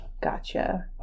gotcha